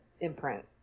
imprint